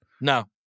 no